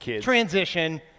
transition